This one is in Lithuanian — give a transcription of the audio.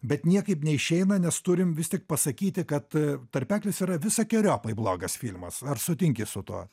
bet niekaip neišeina nes turim vis tik pasakyti kad tarpeklis yra visakeriopai blogas filmas ar sutinki su tuo